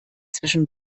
zwischen